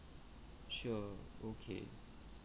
sure okay